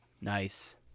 nice